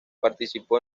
participó